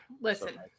Listen